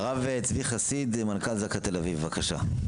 הרב צבי חסיד, מנכ"ל זק"א תל אביב, בבקשה.